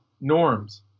norms